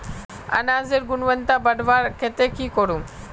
अनाजेर गुणवत्ता बढ़वार केते की करूम?